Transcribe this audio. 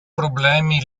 problemi